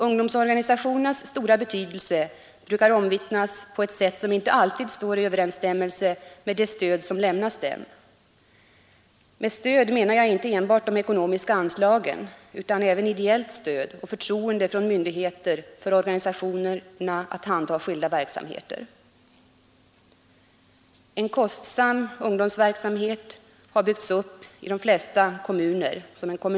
Ungdomsorganisationernas stora betydelse brukar omvittnas på ett sätt som inte alltid står i överensstämmelse med det stöd som lämnas dem. Med stöd menar jag inte enbart de ekonomiska anslagen utan även ideellt stöd och förtroende från myndigheter för organisationerna att handha skilda verksamheter. En kostsam kommunal ungdomsverksamhet har byggts upp i de flesta kommuner.